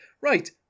right